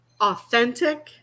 authentic